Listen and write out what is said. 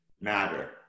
matter